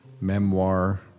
memoir